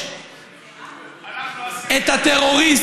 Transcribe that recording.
אולי "במערומיה"